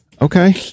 Okay